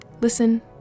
Listen